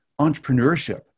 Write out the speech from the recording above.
entrepreneurship